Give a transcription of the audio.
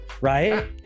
Right